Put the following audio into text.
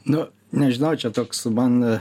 nu nežinau čia toks man